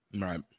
Right